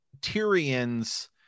Tyrion's